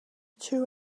two